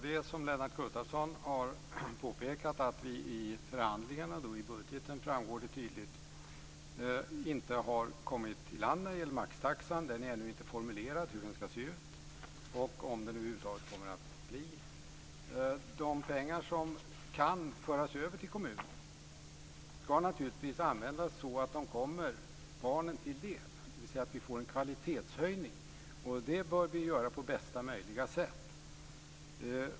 Herr talman! Lennart Gustavsson påpekade att vi i förhandlingarna - det framgår tydligt i budgeten - inte har kommit i land när det gäller maxtaxan. Det är ännu inte formulerat hur den skall se ut - om den nu över huvud taget kommer. De pengar som kan föras över till kommunerna skall naturligtvis användas så att de kommer barnen till del, dvs. att vi får en kvalitetshöjning. Det bör vi göra på bästa möjliga sätt.